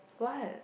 what